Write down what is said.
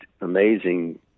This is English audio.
amazing